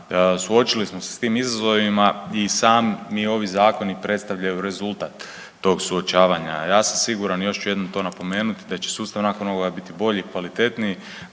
suočili smo se s tim izazovima i sami ovi zakoni predstavljaju rezultat tog suočavanja. Ja sam siguran i još ću jednom to napomenuti da će sustav nakon ovoga biti bolji, kvalitetniji,